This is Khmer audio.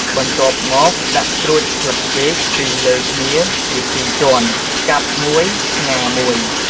បន្ទាប់មកដាក់ត្រួតស្លឹកចេកពីលើគ្នាជាពីរជាន់ ផ្កាប់មួយ ផ្ងារមួយ។